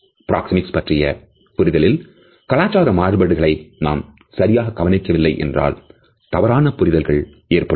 proxemics பற்றிய புரிதலில்கலாச்சார மாறுபாடுகளை நாம் சரியாக கவனிக்கவில்லை என்றால் தவறான புரிதல்கள் ஏற்படும்